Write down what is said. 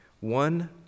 One